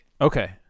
Okay